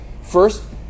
first